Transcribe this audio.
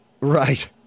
Right